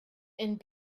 and